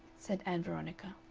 said ann veronica.